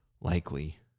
likely